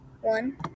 one